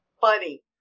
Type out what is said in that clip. funny